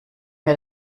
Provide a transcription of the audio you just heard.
wir